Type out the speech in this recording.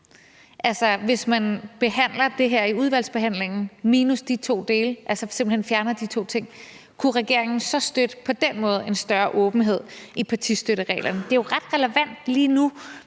Hvis man behandlede det her i udvalgsbehandlingen minus de to dele, altså simpelt hen fjernede de to ting, kunne regeringen så på den måde støtte en større åbenhed i partistøttereglerne? Det er jo ret relevant for